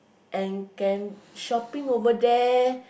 and can shopping over there